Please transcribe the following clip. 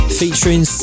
featuring